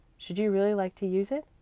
should you really like to use it?